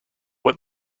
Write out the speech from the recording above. what